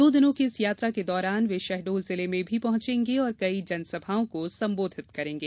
दो दिनों की इस यात्रा के दौरान वे शहडोल जिले में भी पहुंचेंगे और कई जन सभाओं को संबोधित करेंगे